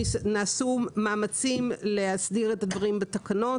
נעשו מאמצים להסדיר את הדברים בתקנות.